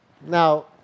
Now